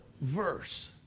verse